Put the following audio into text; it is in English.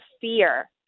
fear